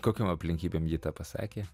kokiom aplinkybėm ji tą pasakė